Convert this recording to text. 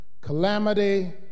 calamity